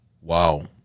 Wow